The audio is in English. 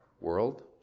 world